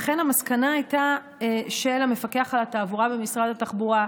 לכן המסקנה של המפקח על התעבורה במשרד התחבורה הייתה,